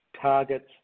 targets